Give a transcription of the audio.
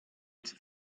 into